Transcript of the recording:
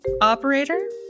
Operator